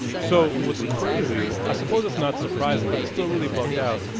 so what's crazy i suppose it's not surprising, but it's still really bugged out.